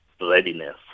readiness